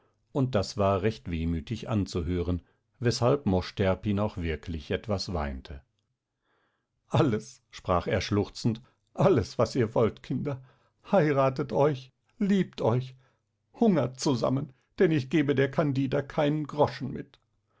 und das war recht wehmütig anzuhören weshalb mosch terpin auch wirklich etwas weinte alles sprach er schluchzend alles was ihr wollt kinder heiratet euch liebt euch hungert zusammen denn ich gebe der candida keinen groschen mit